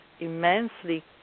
immensely